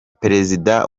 perezida